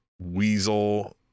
weasel